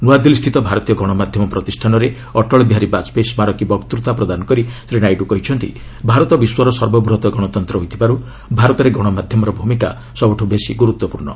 ନୁଆଦିଲ୍ଲୀସ୍ଥିତ ଭାରତୀୟ ଗଣମାଧ୍ୟମ ପ୍ରତିଷ୍ଠାନଠାରେ ଅଟଳ ବିହାରୀ ବାଜାପେୟୀ ସ୍କାରକୀ ବକ୍ତତା ପ୍ରଦାନ କରି ଶ୍ରୀ ନାଇଡୁ କହିଛନ୍ତି ଭାରତ ବିଶ୍ୱର ସର୍ବବୂହତ୍ ଗଣତନ୍ତ୍ର ହୋଇଥିବାରୁ ଭାରତରେ ଗଣମାଧ୍ୟମର ଭୂମିକା ସବୁଠୁ ବେଶି ଗୁରୁତ୍ୱପୂର୍ଣ୍ଣ